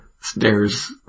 stairs